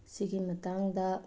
ꯁꯤꯒꯤ ꯃꯇꯥꯡꯗ